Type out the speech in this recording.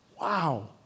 wow